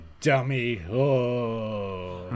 dummy